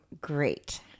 great